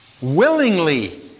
willingly